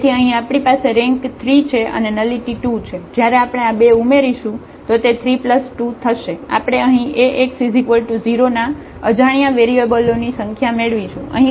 તેથી અહીં આપણી પાસે રેન્ક 3 છે અને નલિટી 2 છે જ્યારે આપણે આ બે ઉમેરીશું તો તે 3 2 થશે આપણે અહીં Ax 0 ના અજાણ્યા વેરીએબલોની સંખ્યા મેળવીશું